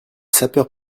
sapeurs